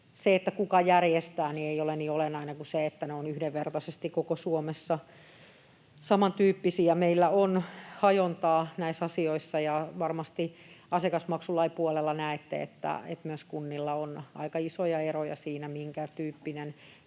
se, kuka järjestää, ei ole niin olennaista kuin se, että ne ovat yhdenvertaisesti koko Suomessa samantyyppisiä. Meillä on hajontaa näissä asioissa, ja varmasti asiakasmaksulain puolella näette, että myös kunnilla on aika isoja eroja siinä, minkä tyyppinen